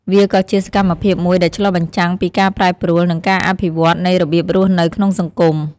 វាក៏ជាសកម្មភាពមួយដែលឆ្លុះបញ្ចាំងពីការប្រែប្រួល និងការអភិវឌ្ឍនៃរបៀបរស់នៅក្នុងសង្គម។